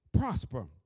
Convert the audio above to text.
prosper